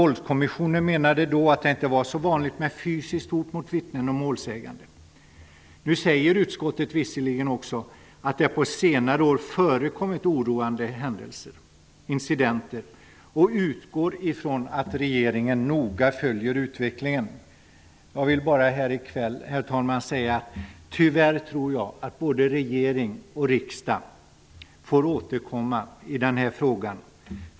Våldskommissionen menade då att det inte var så vanligt med fysiskt hot mot vittnen och målsäganden. Nu säger visserligen utskottet också att det under senare år förekommit oroande incidenter och utgår från att regeringen noga följer utvecklingen. Jag vill bara här i kväll säga, herr talman, att jag tyvärr tror att både regering och riksdag får återkomma i denna fråga.